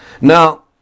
Now